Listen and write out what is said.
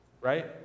Right